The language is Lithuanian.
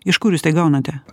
iš kur jūs tai gaunate